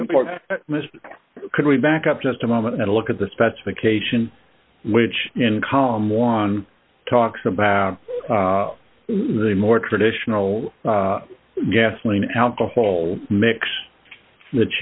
important could we back up just a moment and look at the specification which in column one talks about a more traditional gasoline alcohol mix that